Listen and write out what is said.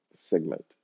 segment